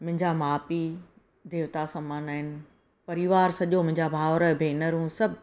मुंहिंजा माउ पीउ देवता समान आहिनि परिवार सॼो मुंहिंजा भावरूं भेनरूं सभु